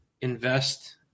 invest